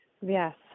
Yes